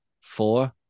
four